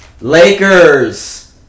Lakers